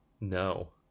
No